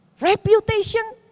Reputation